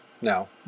no